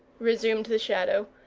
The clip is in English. resumed the shadow,